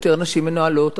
יותר נשים מנהלות,